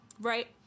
Right